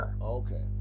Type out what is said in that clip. Okay